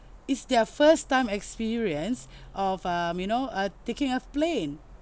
it's their first time experience of um you know uh taking a plane